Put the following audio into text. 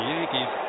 Yankees